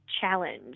challenge